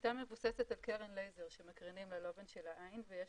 השיטה מבוססת על קרן לייזר שמקרינים ללובן של העין ויש